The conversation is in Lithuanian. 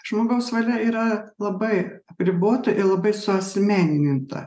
žmogaus valia yra labai apribota ir labai suasmenininta